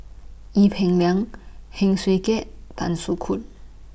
Ee Peng Liang Heng Swee Keat Tan Soo Khoon